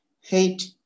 hate